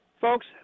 Folks